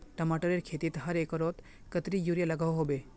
टमाटरेर खेतीत हर एकड़ोत कतेरी यूरिया लागोहो होबे?